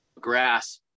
grass